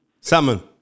Salmon